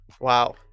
Wow